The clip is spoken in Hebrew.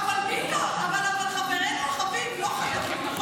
חברנו החביב, לא חייבים.